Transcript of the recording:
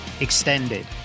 Extended